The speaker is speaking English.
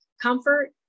comfort